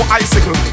icicle